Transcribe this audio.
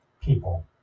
people